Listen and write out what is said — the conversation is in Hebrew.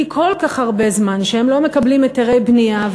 כי כל כך הרבה זמן הם לא מקבלים היתרי בנייה.